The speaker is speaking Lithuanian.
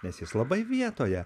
nes jis labai vietoje